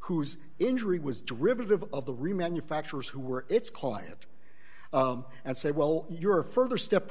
who's injury was derivative of the remanufacture is who were it's quiet and say well you're a further step